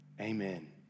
Amen